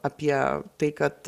apie tai kad